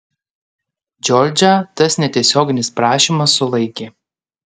džordžą tas netiesioginis prašymas sulaikė